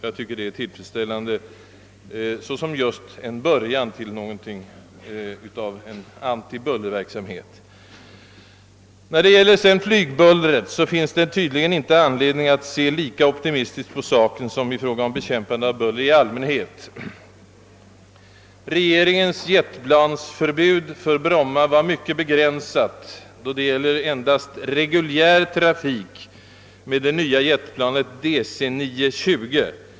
Jag tycker att detta är värt att notera såsom inledning och första steg på vägen till en verklig antibullerverksamhet. När det gäller flygbullret finns det tydligen inte anledning att vara lika optimistisk som i fråga om bekämpande av buller i allmänhet. Regeringens jetplansförbud för Bromma var mycket begränsat, eftersom det endast gällde reguljär trafik med det nya jetplanet DC 9-20.